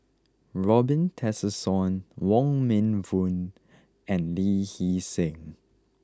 Robin Tessensohn Wong Meng Voon and Lee Hee Seng